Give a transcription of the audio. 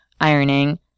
ironing